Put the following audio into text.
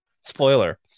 Spoiler